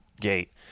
gate